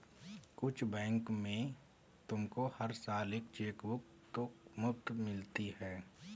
कुछ बैंक में तुमको हर साल एक चेकबुक तो मुफ़्त मिलती है